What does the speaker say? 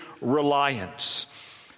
reliance